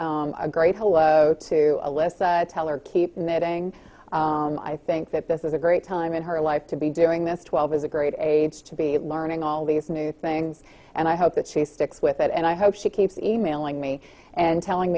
say a great hello to a list tell her keep saying i think that this is a great time in her life to be doing this twelve is a great age to be learning all these new things and i hope that she sticks with it and i hope she keeps e mailing me and telling